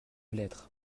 lettre